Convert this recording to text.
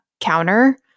counter